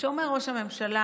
כשאומר ראש הממשלה: